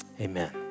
Amen